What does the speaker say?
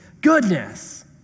Goodness